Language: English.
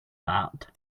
that